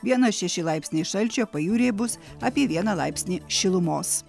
vienas šeši laipsniai šalčio pajūryje bus apie vieną laipsnį šilumos